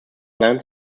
lands